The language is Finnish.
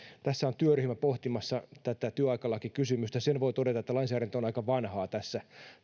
työryhmä on pohtimassa tätä työaikalakikysymystä sen voi todeta että lainsäädäntö on aika vanhaa tässä